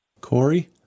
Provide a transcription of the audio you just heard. Corey